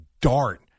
dart